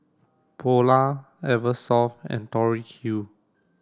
Polar Eversoft and Tori Q